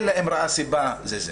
אלא אם ראה סיבה --- נכון.